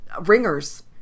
ringers